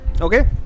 Okay